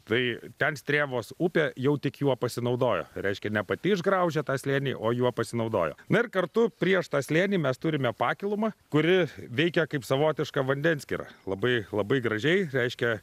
tai ten strėvos upė jau tik juo pasinaudojo reiškia ne pati išgraužė tą slėnį o juo pasinaudojo na ir kartu prieš tą slėnį mes turime pakilumą kuri veikia kaip savotiška vandenskyra labai labai gražiai reiškia